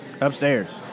Upstairs